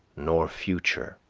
nor future.